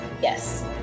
yes